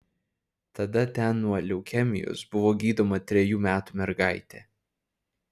tada ten nuo leukemijos buvo gydoma trejų metų mergaitė